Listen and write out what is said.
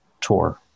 tour